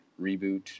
reboot